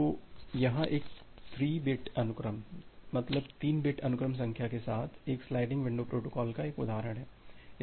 तो यहाँ एक 3 बिट अनुक्रम संख्या के साथ एक स्लाइडिंग विंडो प्रोटोकॉल का एक उदाहरण है